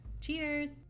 cheers